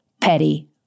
petty